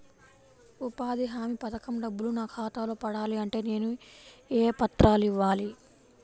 ఉపాధి హామీ పథకం డబ్బులు నా ఖాతాలో పడాలి అంటే నేను ఏ పత్రాలు ఇవ్వాలి?